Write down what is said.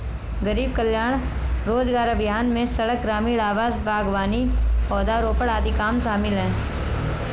गरीब कल्याण रोजगार अभियान में सड़क, ग्रामीण आवास, बागवानी, पौधारोपण आदि काम शामिल है